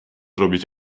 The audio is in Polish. robić